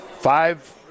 five